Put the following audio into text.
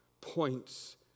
points